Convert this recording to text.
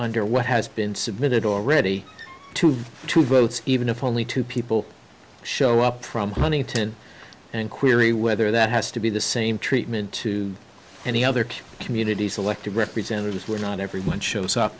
under what has been submitted already to two votes even if only two people show up from twenty ten and query whether that has to be the same treatment to any other communities elected representatives were not everyone shows up